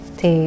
Thì